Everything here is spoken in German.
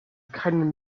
keinen